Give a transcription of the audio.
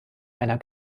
einer